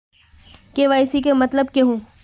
KYC के मतलब केहू?